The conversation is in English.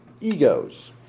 egos